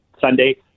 Sunday